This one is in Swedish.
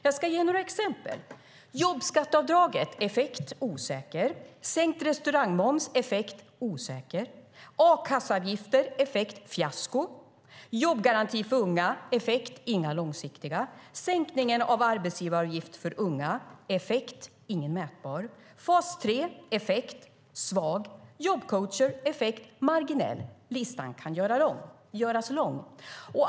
Jag ska ge några exempel: Jobbskatteavdraget: osäker effekt. Sänkt restaurangmoms: osäker effekt. A-kasseavgifter: fiasko. Jobbgaranti för unga: inga långsiktiga effekter. Sänkningen av arbetsgivaravgift för unga: ingen märkbar effekt. Fas 3: svag effekt. Jobbcoacher: marginell effekt. Listan kan göras lång.